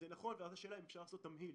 נכון, ואז השאלה אם אפשר לעשות תמהיל.